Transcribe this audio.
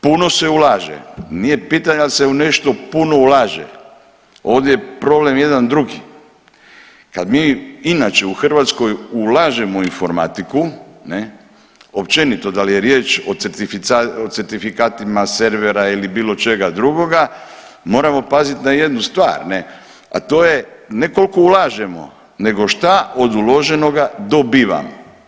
Puno se ulaže, nije pitanje da li je pitanje da li se u nešto puno ulaže, ovdje je problem jedan drugi, kad mi inače u Hrvatskoj ulažemo u informatiku općenito da li je riječ o certifikatima servera ili bilo čega drugoga, moramo paziti na jednu stvar, a to je ne koliko ulažemo nego šta od uloženoga dobivamo.